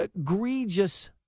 egregious